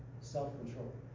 self-control